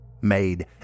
made